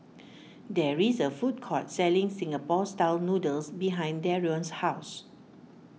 there is a food court selling Singapore Style Noodles behind Darion's house